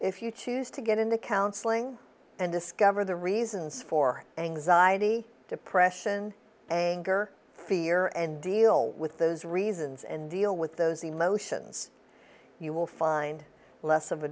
if you choose to get into counseling and discover the reasons for anxiety depression anger fear and deal with those reasons and deal with those emotions you will find less of a